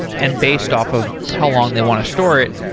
and based off of how long they want to store it,